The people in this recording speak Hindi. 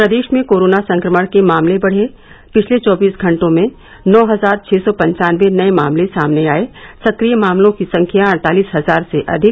प्रदेश में कोरोना संक्रमण के मामले बढ़े पिछले चौबीस घंटों में नौ हजार छह सौ पनचांनवे नये मामले सामने आये सक्रिय मामलों की संख्या अड़तालीस हजार से अधिक